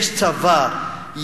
יש צבא,